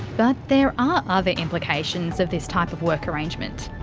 but there are other implications of this type of work arrangement.